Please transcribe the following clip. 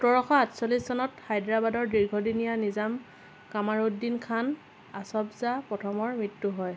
সোতৰশ আঠচল্লিছ চনত হায়দৰাবাদৰ দীৰ্ঘদিনীয়া নিজাম কামাৰুদ্দিন খান আছফ জাহ প্ৰথমৰ মৃত্যু হয়